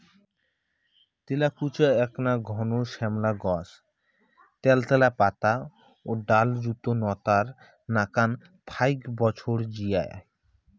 তেলাকুচা এ্যাকনা ঘন শ্যামলা গছ ত্যালত্যালা পাতা ও ডালযুত নতার নাকান ফাইক বছর জিয়ায়